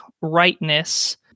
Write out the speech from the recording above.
rightness